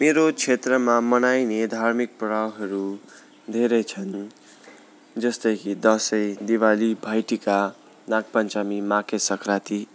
मेरो क्षेत्रमा मनाइने धार्मिक पर्वहरू धेरै छन् जस्तै दसैँ दिवाली भाइटिका नाग पञ्चमी माघे सङ्क्रान्ति